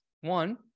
One